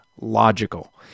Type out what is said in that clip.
logical